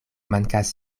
mankas